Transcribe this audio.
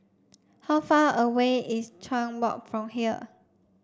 how far away is Chuan Walk from here